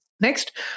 Next